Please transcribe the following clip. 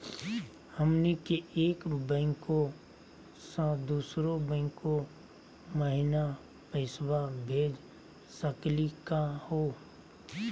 हमनी के एक बैंको स दुसरो बैंको महिना पैसवा भेज सकली का हो?